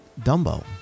Dumbo